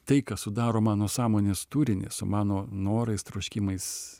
tai kas sudaro mano sąmonės turinį su mano norais troškimais